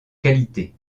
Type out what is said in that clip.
qualité